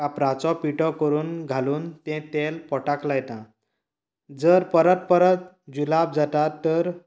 कापुराचो पिटो करून घालून ते तेल पोटाक लायताजर परत परत जुलाब जाता तर